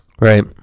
right